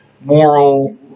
Moral